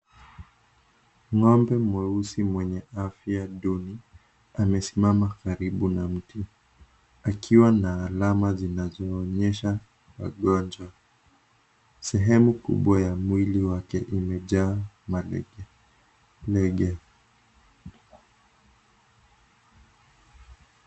N'gomnbe mweusi mwenye afya duni, amesimama karibu na mti. Ikiwa na alama zinazoonyesha ugonjwa. Sehemu kubwa ya mwili wake umejaa mamiti mingi.